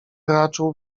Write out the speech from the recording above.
raczył